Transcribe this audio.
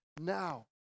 now